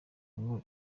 ngo